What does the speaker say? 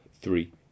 three